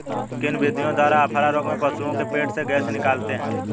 किन विधियों द्वारा अफारा रोग में पशुओं के पेट से गैस निकालते हैं?